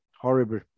horrible